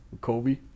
Kobe